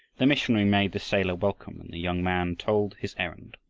the missionary made the sailor welcome and the young man told his errand.